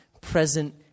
present